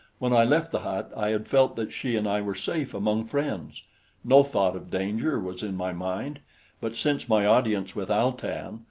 when i left the hut, i had felt that she and i were safe among friends no thought of danger was in my mind but since my audience with al-tan,